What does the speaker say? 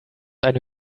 eine